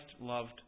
loved